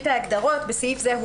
בסעיף זה,